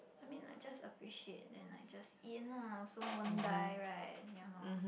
I mean like just appreciate then like just eat lah also won't die right ya lor